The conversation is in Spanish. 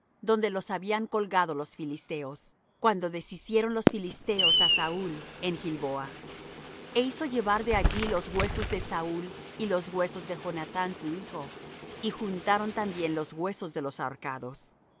donde los habían colgado los filisteos cuando deshicieron los filisteos á saúl en gilboa e hizo llevar de allí los huesos de saúl y los huesos de jonathán su hijo y juntaron también los huesos de los ahorcados